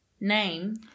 name